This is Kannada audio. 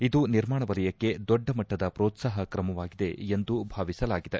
ಇದು ನಿರ್ಮಾಣ ವಲಯಕ್ಕೆ ದೊಡ್ಡ ಮಟ್ಟದ ಪೋತ್ಲಾಹ ಕ್ರಮವಾಗಿದೆ ಎಂದು ಭಾವಿಸಲಾಗಿದೆ